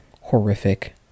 horrific